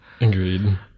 agreed